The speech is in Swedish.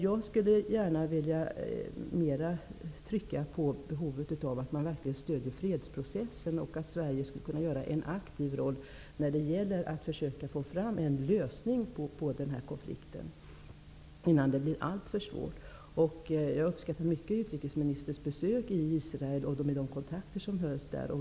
Jag skulle mer vilja trycka på behovet av att man verkligen stöder fredsprocessen och att Sverige skulle kunna spela en aktiv roll när det gäller att försöka åstadkomma en lösning av konflikten innan det blir alltför svårt. Jag uppskattar mycket utrikesministerns besök i Israel och de kontakter som togs där.